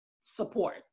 support